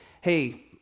hey